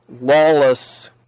lawless